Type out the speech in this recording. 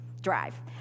drive